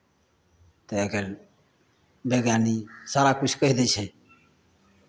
तऽ आइ काल्हि वैज्ञानिक सारा किछु कहि दै छै